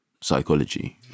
psychology